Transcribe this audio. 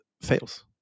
fails